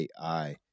AI